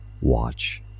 watch